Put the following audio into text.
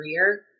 career